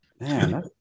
Man